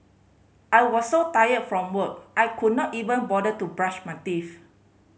I was so tired from work I could not even bother to brush my teeth